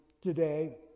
today